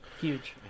Huge